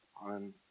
on